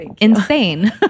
insane